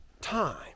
time